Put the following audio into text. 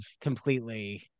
completely